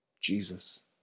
Jesus